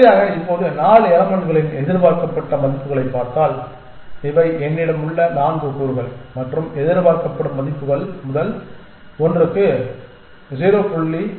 சரியாக இப்போது இந்த 4 எலமென்ட்களின் எதிர்பார்க்கப்பட்ட மதிப்புகளைப் பார்த்தால் இவை என்னிடம் உள்ள 4 கூறுகள் மற்றும் எதிர்பார்க்கப்படும் மதிப்புகள் முதல் ஒன்றுக்கு 0